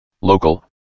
local